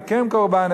"מכם קרבן",